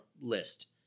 list